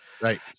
right